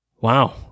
wow